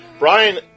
Brian